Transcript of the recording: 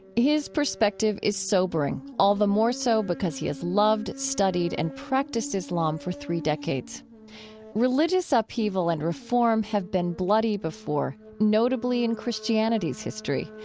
his perspective is sobering, all the more so because he has loved, studied and practiced islam for three decades religious upheaval and reform have been bloody before, notably in christianity's history,